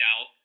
out